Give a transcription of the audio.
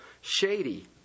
shady